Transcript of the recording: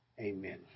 Amen